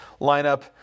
lineup